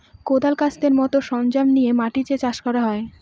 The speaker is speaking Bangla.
কোঁদাল, কাস্তের মতো সরঞ্জাম দিয়ে মাটি চাষ করা হয়